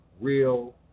real